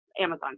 Amazon